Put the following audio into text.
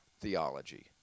theology